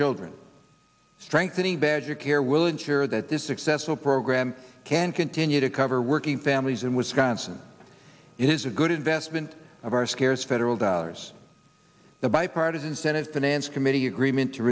children strengthening badger care will ensure that this successful program can continue to cover working families in wisconsin it is a good investment of our scarce federal dollars the bipartisan senate finance committee agreement to